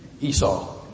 Esau